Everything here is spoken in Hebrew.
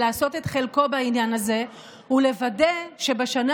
לעשות את חלקו בעניין הזה ולוודא שבשנה